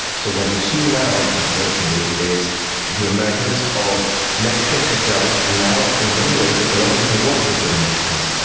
so what you see now, interestingly, is the emergence of mexican cartels, and now in many ways the colombians are working for the mexicans,